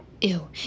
Ew